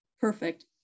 Perfect